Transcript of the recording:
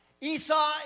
Esau